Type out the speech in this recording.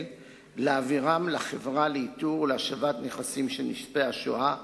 להעבירם לחברה לאיתור ולהשבת נכסים של נספי השואה,